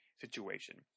situation